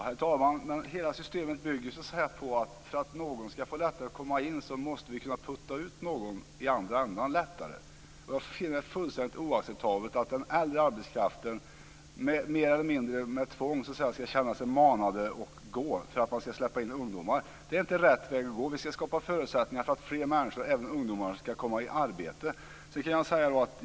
Herr talman! Men hela systemet bygger ju på att för att någon ska ha lättare att komma in, måste man lättare kunna putta ut någon i andra änden. Jag finner det fullständigt oacceptabelt att den äldre arbetskraften mer eller mindre med tvång ska känna sig manad att gå därför att man ska släppa in ungdomar. Det är inte rätt väg att gå. Vi ska skapa förutsättningar för att fler människor, även ungdomar, ska komma i arbete.